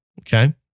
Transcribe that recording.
okay